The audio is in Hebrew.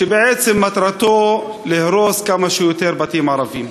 שבעצם מטרתו להרוס כמה שיותר בתים ערביים.